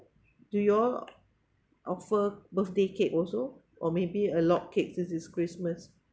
do you all offer birthday cake also or maybe a log cake since it's christmas